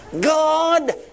God